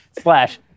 slash